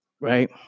right